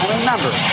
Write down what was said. remember